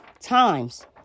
times